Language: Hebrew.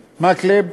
מקלב,